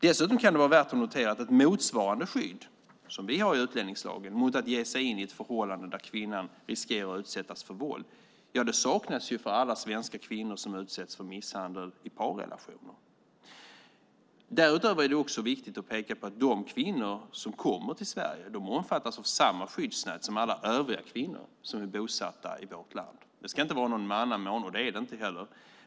Dessutom kan det vara värt att notera att ett skydd motsvarande det som vi har i utlänningslagen mot att ge sig in i ett förhållande där kvinnan riskerar att utsättas för våld saknas för alla svenska kvinnor som utsätts för misshandel i parrelationer. Därutöver är det viktigt att peka på att de kvinnor som kommer till Sverige omfattas av samma skyddsnät som alla övriga kvinnor som är bosatta i vårt land. Det ska inte vara någon mannamån, och det är det inte heller.